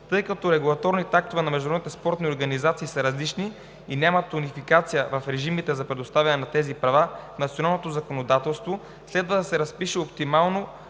Тъй като регулаторните актове на международните спортни организации са различни и нямат унификация в режимите за предоставяне на тези права в националното законодателство, следва да се разпише оптимално